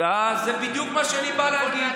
כמו תיבת